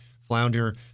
flounder